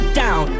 down